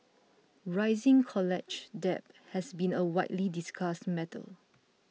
rising college debt has been a widely discussed matter